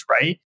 Right